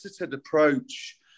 approach